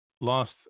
lost